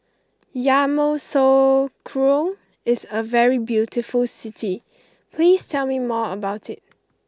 Yamoussoukro is a very beautiful city please tell me more about it